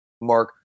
Mark